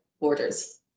borders